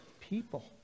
people